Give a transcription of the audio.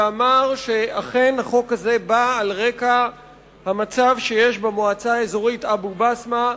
הוא אמר שהחוק הזה מוצע על רקע המצב במועצה האזורית אבו-בסמה,